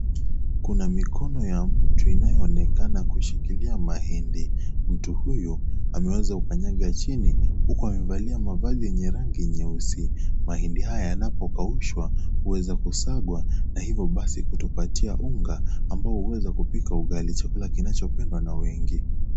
Kuna mikono ya mtu inayoonekana kushikilia mahindi. Mtu huyu ameweza kukanyanga chini huku amevalia mavazi yenye rangi nyeusi. Mahindi haya yanapokaushwa hueweza kusagwa na hivyo basi kutupatia unga ambayo huweza kupika ugali chakula kinachopendwa na wengi.